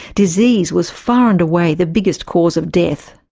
disease was far and away the biggest cause of death.